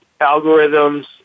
algorithms